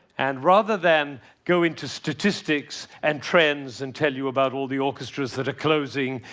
and rather than go into statistics and trends, and tell you about all the orchestras that are closing,